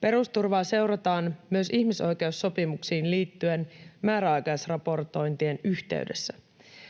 Pe-rusturvaa seurataan myös ihmisoikeussopimuksiin liittyen määräaikaisraportointien yhteydessä.